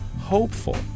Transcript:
hopeful